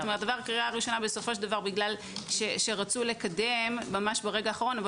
עבר קריאה ראשונה כי רצו לקדם ברגע האחרון אבל